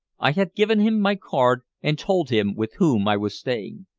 i had given him my card, and told him with whom i was staying.